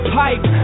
pipe